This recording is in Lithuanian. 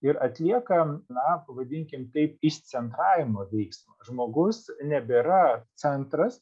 ir atliekam na pavadinkim taip išcentravimo veiksmą žmogus nebėra centras